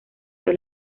fue